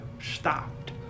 stopped